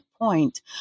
point